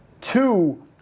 Two